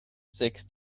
sex